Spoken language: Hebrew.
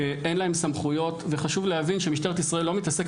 אין להם סמכויות וחשוב להבין שמשטרת ישראל לא מתעסקת